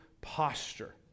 posture